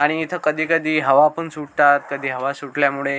आणि इथं कधी कधी हवा पण सुटतात कधी हवा सुटल्यामुळे